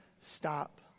stop